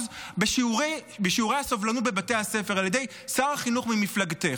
בשיעורי הסובלנות בבתי הספר על ידי שר חינוך ממפלגתך.